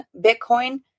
bitcoin